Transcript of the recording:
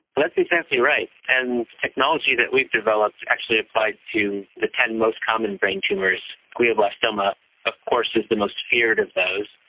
that's exactly right, and technology that we've developed actually applied to the ten most common brain tumours, glioblastoma of course is the most feared of those,